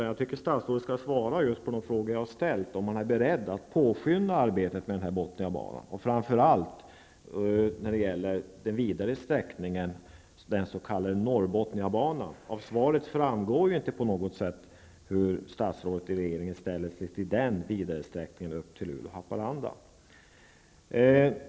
Jag tycker att statsrådet skall svara just på de frågor jag ställt. Är man beredd att påskynda arbetet med Bothniabanan och framför allt den vidare sträckningen, den s.k. Norrbothniabanan? Det framgår inte på något sätt av svaret hur statsrådet och regeringen ställer sig till vidaresträckningen upp till Luleå och Haparanda.